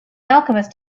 alchemist